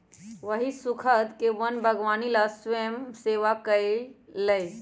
वही स्खुद के वन बागवानी ला स्वयंसेवा कई लय